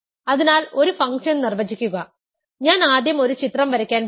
അതിനാൽ ഒരു ഫംഗ്ഷൻ നിർവചിക്കുക ഞാൻ ആദ്യം ഒരു ചിത്രം വരയ്ക്കാൻ പോകുന്നു